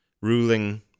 ruling